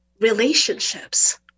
relationships